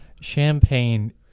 Champagne